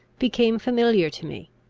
became familiar to me.